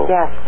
Yes